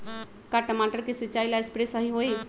का टमाटर के सिचाई ला सप्रे सही होई?